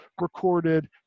recorded